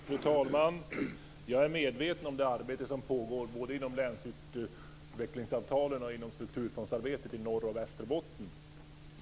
Fru talman! Jag är medveten om det arbete som pågår både inom länsutvecklingsavtalen och inom strukturfondsarbetet i Norr och Västerbotten.